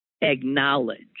acknowledge